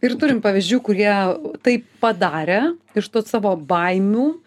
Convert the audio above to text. ir turim pavyzdžių kurie taip padarė iš to savo baimių